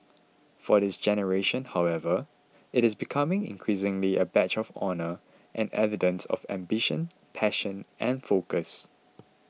for this generation however it is becoming increasingly a badge of honour and evidence of ambition passion and focus